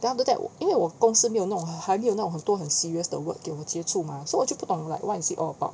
then after that 我因为我公司没有那种还没有那种很多很 serious 的 work 给我接触嘛 so 我就不懂 what is it all about